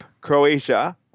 Croatia